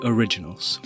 Originals